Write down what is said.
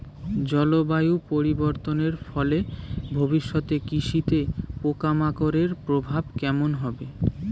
জলবায়ু পরিবর্তনের ফলে ভবিষ্যতে কৃষিতে পোকামাকড়ের প্রভাব কেমন হবে?